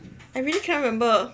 I really can't remember